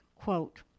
quote